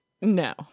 no